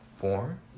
form